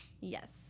Yes